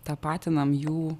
tapatinam jų